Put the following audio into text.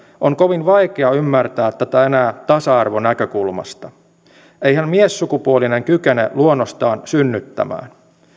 on kovin vaikea ymmärtää tätä enää tasa arvonäkökulmasta eihän miessukupuolinen kykene luonnostaan synnyttämään